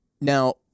Now